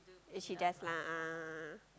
is she just lah ah